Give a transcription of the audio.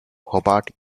hobart